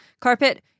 carpet